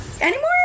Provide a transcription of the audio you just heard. Anymore